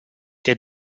der